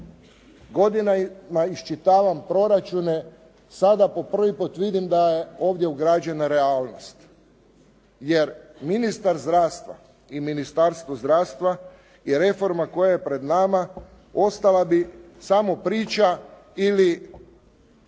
godina, ma iščitavam proračune, sada po prvi put vidim da je ovdje ugrađena realnost. Jer ministar zdravstva i Ministarstvo zdravstva je reforma koja je pred nama ostala bi samo priča ili